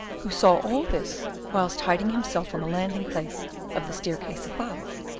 who saw all this whilst hiding himself on the landing-place of the staircase above,